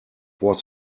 was